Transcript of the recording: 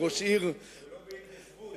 ולא בהתיישבות,